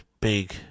big